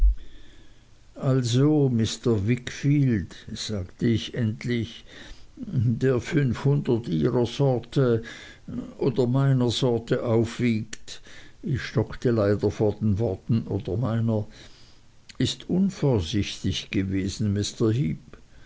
also mr wickfield sagte ich endlich der fünfhundert ihrer sorte oder meiner sorte aufwiegt ich stockte leider vor den worten oder meiner ist unvorsichtig gewesen